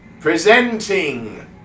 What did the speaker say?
Presenting